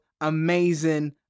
amazing